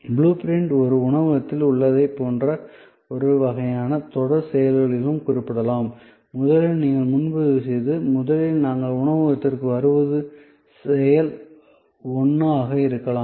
blue print ஒரு உணவகத்தில் உள்ளதைப் போன்ற ஒரு வகையான தொடர் செயல்களிலும் குறிப்பிடப்படலாம் முதலில் நீங்கள் முன்பதிவு செய்து முதலில் நாங்கள் உணவகத்திற்கு வருவது செயல் 1 ஆக இருக்கலாம்